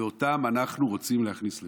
ואותם אנחנו רוצים להכניס לפה.